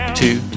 two